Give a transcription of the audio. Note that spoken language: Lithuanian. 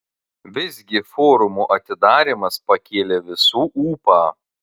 visgi forumo atidarymas pakėlė visų ūpą